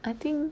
I think